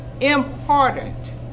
important